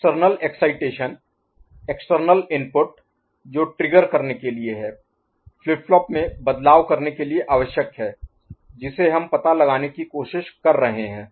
external External बाहरी excitation external External बाहरी input जो ट्रिगर करने के लिए है फ्लिप फ्लॉप में बदलाव करने के लिए आवश्यक है जिसे हम पता लगाने की कोशिश कर रहे हैं